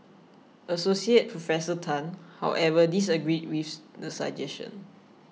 Associated Professor Tan however disagreed with the suggestion